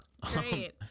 great